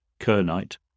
kernite